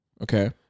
okay